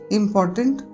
important